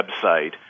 website